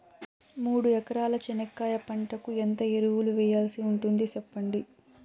మూడు ఎకరాల చెనక్కాయ పంటకు ఎంత ఎరువులు వేయాల్సి ఉంటుంది సెప్పండి?